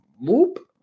Whoop